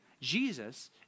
Jesus